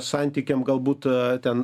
santykiam galbūt ten